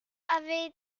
avait